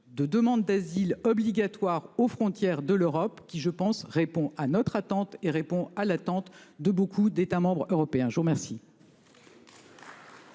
de demande d'asile obligatoire aux frontières de l'Europe qui je pense répond à notre attente et répond à l'attente de beaucoup d'États membres européens. Je vous remercie.